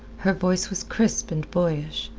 her voice was crisp and boyish,